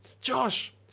josh